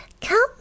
Come